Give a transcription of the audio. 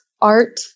art